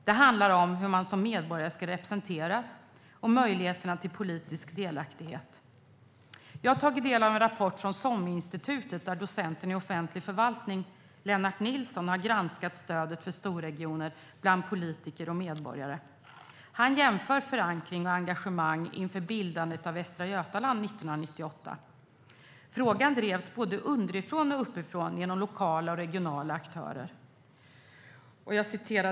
Det handlar om hur man som medborgare ska representeras och möjligheterna till politisk delaktighet. Jag har tagit del av en rapport från SOM-institutet, där docenten i offentlig förvaltning Lennart Nilsson har granskat stödet för storregioner bland politiker och medborgare. Han jämför med förankring och engagemang inför bildandet av Västra Götaland 1998. Den frågan drevs både underifrån och uppifrån genom lokala och regionala aktörer.